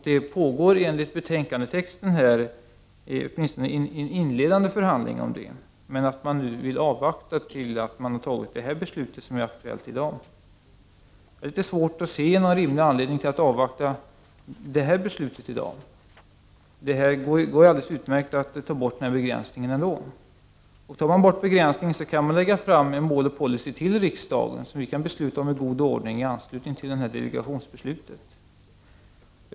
Det pågår enligt texten i betänkandet åtminstone inledande förhandlingar om detta, men man vill avvakta tills det beslut som är aktuellt i dag har fattats. Jag har litet svårt att se någon rimlig anledning till att avvakta dagens beslut. Det går ju alldeles utmärkt att ta bort denna begränsning ändå. Om man tar bort den begränsningen kan man lägga fram mål och policy till riksdagen, och vi kan i god ordning fatta beslut om detta i anslutning till delegationsbeslutet.